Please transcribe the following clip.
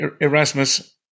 Erasmus